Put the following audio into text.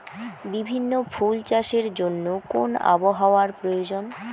বিভিন্ন ফুল চাষের জন্য কোন আবহাওয়ার প্রয়োজন?